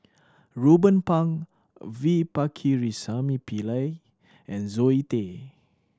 Ruben Pang V Pakirisamy Pillai and Zoe Tay